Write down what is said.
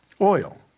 oil